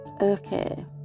okay